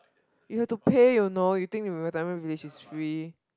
you have to pay you know you think your retirement village is free